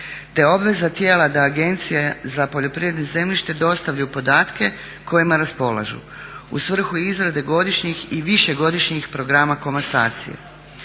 te obveza tijela da Agencije za poljoprivredno zemljište dostavi u podatke kojima raspolažu u svrhu izrade godišnjih i višegodišnjih programa komasacije.